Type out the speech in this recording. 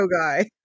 guy